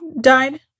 died